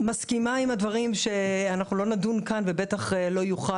אני מסכימה עם הדברים שאנחנו לא נדון כאן ובטח יוכרע